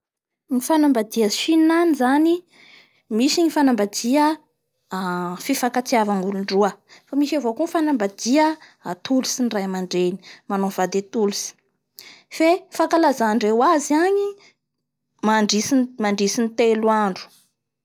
Ny fifanaja io zany no tena fototsy ny fiengan'olo agny da reo koa moa zay manao ramadan io